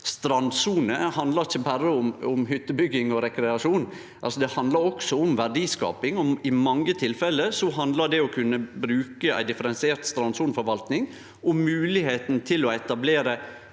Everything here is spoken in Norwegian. strandsone ikkje berre handlar om hyttebygging og rekreasjon, det handlar også om verdiskaping. I mange tilfelle handlar det å kunne bruke ei differensiert strandsoneforvalting om moglegheita til å etablere